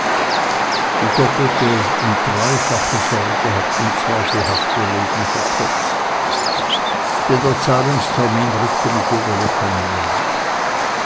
die doppelte und dreifache sorge hat unzweifelhaft ihr leben verkürzt denn der zahlungstermin rückte mit jeder woche näher